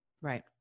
Right